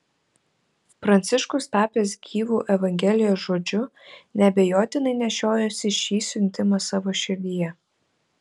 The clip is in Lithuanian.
pranciškus tapęs gyvu evangelijos žodžiu neabejotinai nešiojosi šį siuntimą savo širdyje